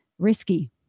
risky